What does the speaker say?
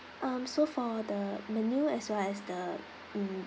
um so for the menu as well as the um